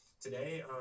today